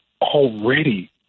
already